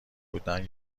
بودن